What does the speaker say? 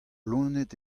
loened